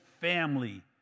family